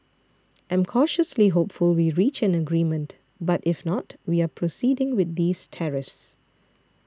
I'm cautiously hopeful we reach an agreement but if not we are proceeding with these tariffs